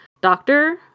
doctor